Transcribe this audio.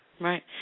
Right